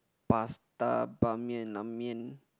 pasta ban-mian la-mian